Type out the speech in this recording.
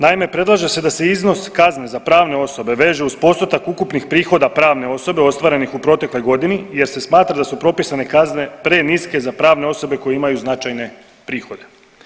Naime, predlaže se da se iznos kazne za pravne osobe veže uz postotak ukupnih prihoda pravne osobe ostvarenih u protekloj godini jer se smatra da su propisane kazne preniske za pravne osobe koje imaju značajne prihode.